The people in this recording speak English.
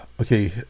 Okay